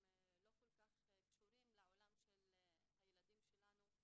לא כל כך קשורים לעולם של הילדים שלנו,